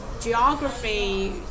geography